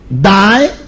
die